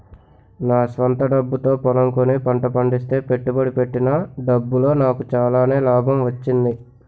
నా స్వంత డబ్బుతో పొలం కొని పంట పండిస్తే పెట్టుబడి పెట్టిన డబ్బులో నాకు చాలానే లాభం వచ్చింది